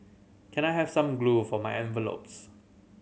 can I have some glue for my envelopes